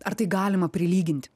ar tai galima prilyginti